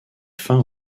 fin